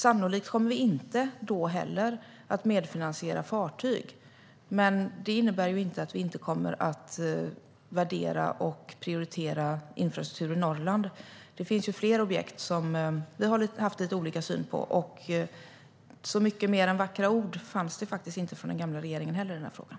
Sannolikt kommer vi inte heller då att medfinansiera fartyg, men det innebär inte att vi inte kommer att värdera och prioritera infrastruktur i Norrland. Det finns fler objekt som vi har haft lite olika syn på. Så mycket mer än vackra ord fanns det faktiskt inte från den gamla regeringen heller i den här frågan.